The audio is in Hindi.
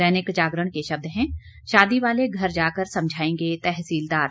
दैनिक जागरण के शब्द हैं शादी वाले घर जाकर समझाएंगे तहसीलदार